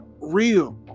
real